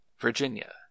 Virginia